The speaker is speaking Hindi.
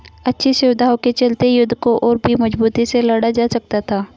अच्छी सुविधाओं के चलते युद्ध को और भी मजबूती से लड़ा जा सकता था